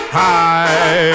high